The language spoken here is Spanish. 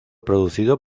producido